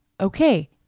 Okay